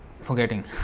forgetting